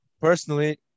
personally